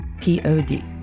P-O-D